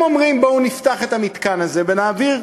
אתם אומרים: בואו נפתח את המתקן הזה ונעביר,